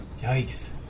Yikes